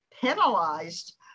penalized